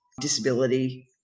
disability